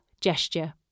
gesture